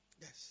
Yes